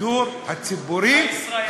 השידור הציבורי הישראלי.